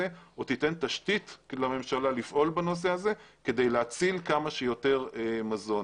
או תיתן תשתית לממשלה לפעול בנושא הזה כדי להציל כמה שיותר מזון.